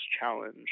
challenge